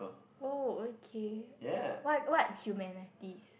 oh okay what what humanities